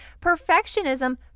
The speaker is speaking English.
Perfectionism